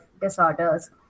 disorders